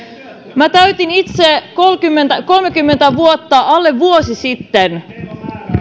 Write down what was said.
täytin itse kolmekymmentä kolmekymmentä vuotta alle vuosi sitten